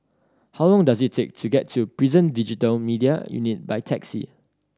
how long does it take to get to Prison Digital Media Unit by taxi